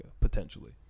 Potentially